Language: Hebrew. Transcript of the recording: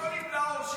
מה,